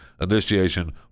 initiation